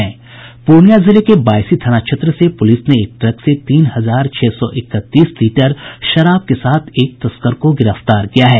पूर्णियां जिले के बायसी थाना क्षेत्र से पुलिस ने एक ट्रक से तीन हजार छह सौ इकतीस लीटर शराब के साथ एक तस्कर को गिरफ्तार किया है